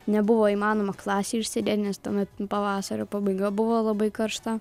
nebuvo įmanoma klasėje išsėdėti nes tuomet pavasario pabaiga buvo labai karšta